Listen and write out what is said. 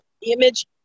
image